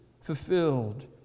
fulfilled